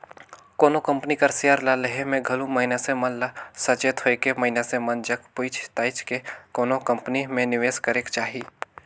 कोनो कंपनी कर सेयर ल लेहे में घलो मइनसे मन ल सचेत होएके मइनसे मन जग पूइछ ताएछ के कोनो कंपनी में निवेस करेक चाही